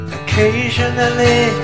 occasionally